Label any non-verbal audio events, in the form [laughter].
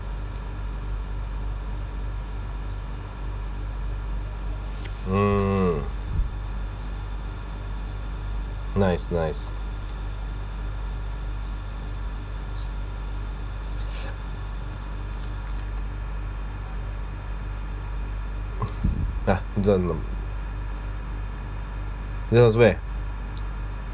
mm nice nice [breath] ah don't know you also meh